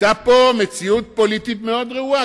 היתה פה מציאות פוליטית מאוד רעועה.